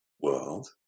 world